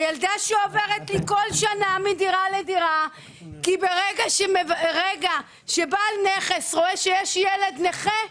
הילדה שעוברת כל שנה מדירה לדירה כי ברגע שבעל נכס רואה שיש ילד נכה,